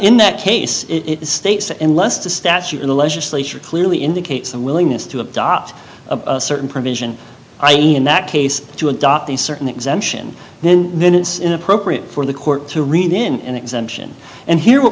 in that case it states and less the statute in the legislature clearly indicates the willingness to adopt a certain provision i e in that case to adopt a certain exemption then then it's appropriate for the court to read in an exemption and here what